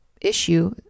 issue